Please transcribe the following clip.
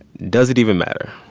does it even matter?